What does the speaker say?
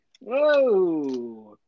Whoa